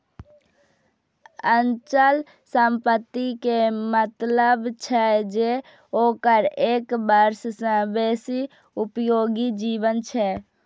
अचल संपत्ति के मतलब छै जे ओकर एक वर्ष सं बेसी उपयोगी जीवन छै